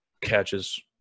catches